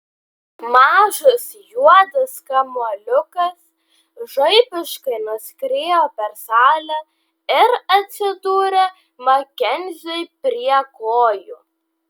mažas juodas kamuoliukas žaibiškai nuskriejo per salę ir atsidūrė makenziui prie kojų